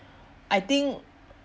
I think